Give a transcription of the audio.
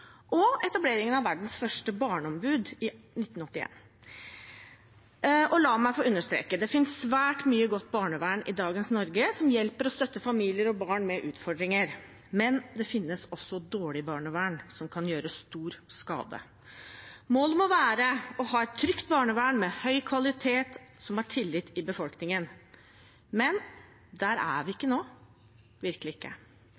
og etableringen av verdens første barneombud i 1981. La meg få understreke at det i dagens Norge finnes svært mye godt barnevern som hjelper og støtter familier og barn med utfordringer, men det finnes også dårlig barnevern, som kan gjøre stor skade. Målet må være å ha et trygt barnevern med høy kvalitet og med tillit i befolkningen. Men der er vi ikke nå – virkelig ikke.